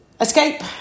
escape